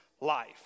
life